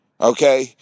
Okay